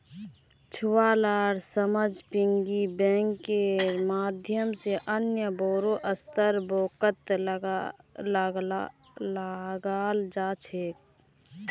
छुवालार समझ पिग्गी बैंकेर माध्यम से अन्य बोड़ो स्तरेर बैंकत लगाल जा छेक